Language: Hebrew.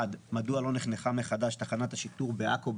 מדוע לא נחנכה מחדש תחנת השיטור בעכו,